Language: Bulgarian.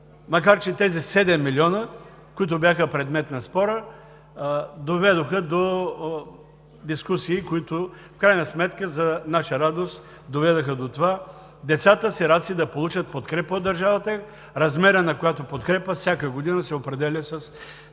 макар че тези 7 млн. лв., които бяха предмет на спора, доведоха до дискусии, които в крайна сметка, за наша радост, доведоха до това децата сираци, да получат подкрепа от държавата, размерът на която подкрепа всяка година се определя с